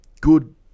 good